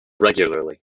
regularly